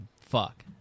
fuck